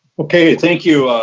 okay, thank you,